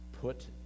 put